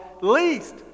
least